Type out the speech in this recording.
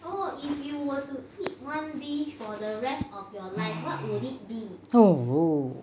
oh